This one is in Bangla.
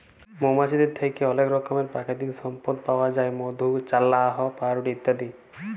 মমাছিদের থ্যাকে অলেক রকমের পাকিতিক সম্পদ পাউয়া যায় মধু, চাল্লাহ, পাউরুটি ইত্যাদি